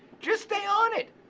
just stay on it.